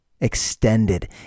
extended